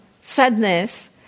sadness